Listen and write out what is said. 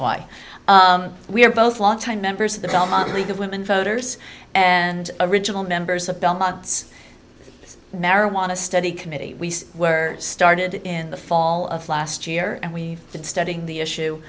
why we are both longtime members of the belmont league of women voters and original members of belmont's marijuana study committee we were started in the fall of last year and we've been studying the issue